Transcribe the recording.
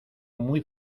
muy